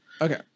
Okay